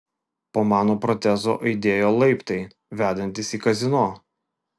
po mano protezu aidėjo laiptai vedantys į kazino